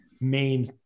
main